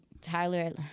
Tyler